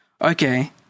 okay